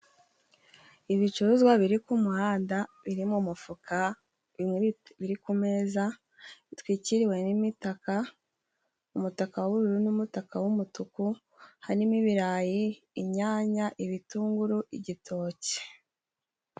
Ibicuruzwa biri ku muhanda biri mu mufuka bimwe biri ku meza. Bitwikiriwe n'imitaka umutaka w'ubururu n'umutaka w'umutuku harimo ibirayi, inyanya, ibitunguru, igitoki.